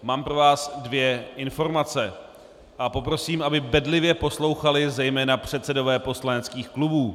Mám pro vás dvě informace a poprosím, aby bedlivě poslouchali zejména předsedové poslaneckých klubů.